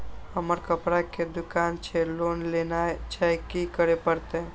हमर कपड़ा के दुकान छे लोन लेनाय छै की करे परतै?